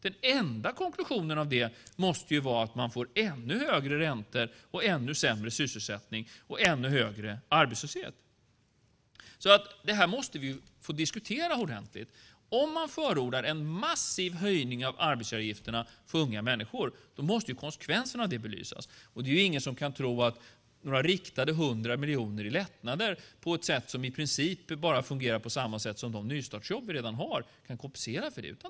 Den enda konklusionen är att man får ännu högre räntor, ännu sämre sysselsättning och ännu högre arbetslöshet. Vi måste diskutera detta ordentligt. Om man förordar en massiv höjning av arbetsgivaravgifterna för unga människor måste konsekvensen belysas. Ingen kan tro att några riktade hundra miljoner i lättnader på ett sätt som i princip fungerar som de nystartsjobb vi redan har kan kompensera för det.